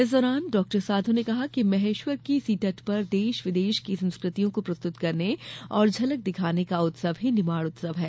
इस दौरान डॉक्टर साधौ ने कहा कि महेश्वर की इसी तट पर देश विदेश की संस्कृतियों को प्रस्तुत करने और झलक दिखाने का उत्सव ही निमाड़ उत्सव है